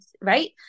right